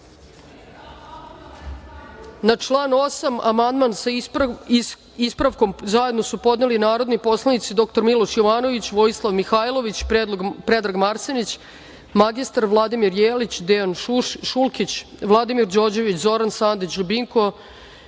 član 8. amandman, sa ispravkom, zajedno su podneli narodni poslanici dr Miloš Jovanović, Vojislav Mihailović, Predrag Marsenić, mr Vladimir Jelić, Dejan Šulkić, Vladimir Đorđević, Zoran Sandić, Ljubinko